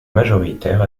majoritaire